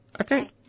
Okay